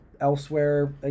elsewhere